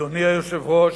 אדוני היושב-ראש,